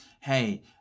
hey